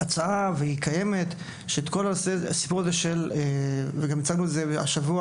הצעה שעדיין קיימת, וגם הצגנו את זה פה,